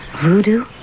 Voodoo